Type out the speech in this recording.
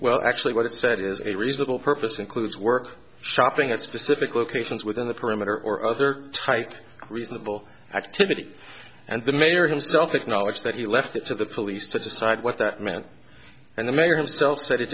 well actually what it said is a reasonable purpose includes work shopping at specific locations within the perimeter or other types of reasonable activity and the mayor himself acknowledged that he left it to the police to decide what that meant and the mayor himself said it